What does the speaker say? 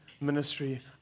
ministry